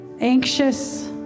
anxious